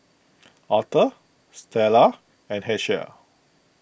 Authur Stella and Hershel